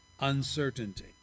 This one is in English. uncertainty